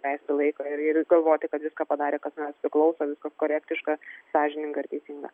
leisti laiką ir ir galvoti kad viską padarė kas nuo manęs priklauso viskas korektiška sąžininga teisinga